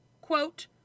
quote